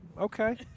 okay